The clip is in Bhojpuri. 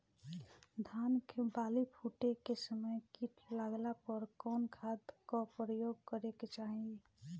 धान के बाली फूटे के समय कीट लागला पर कउन खाद क प्रयोग करे के चाही?